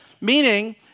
meaning